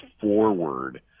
forward